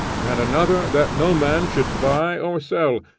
and another that no man should buy or sell,